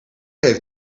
heeft